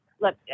look